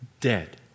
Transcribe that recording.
dead